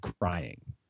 crying